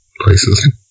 places